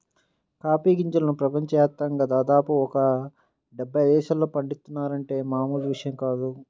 coffee గింజలను ప్రపంచ యాప్తంగా దాదాపు ఒక డెబ్బై దేశాల్లో పండిత్తున్నారంటే మామూలు విషయం కాదు